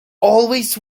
always